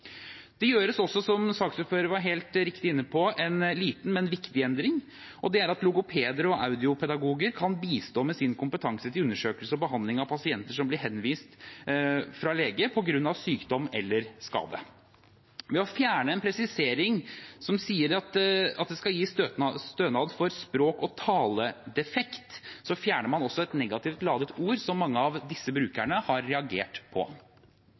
Det gjøres også – som saksordføreren helt riktig var inne på – en liten, men viktig endring. Det er at logopeder og audiopedagoger kan bistå med sin kompetanse til undersøkelse og behandling av pasienter som blir henvist fra lege på grunn av sykdom eller skade. Ved å fjerne en presisering som sier at det skal gis stønad for «språk- og taledefekter», fjerner man også et negativt ladet begrep som mange av disse brukerne har reagert på.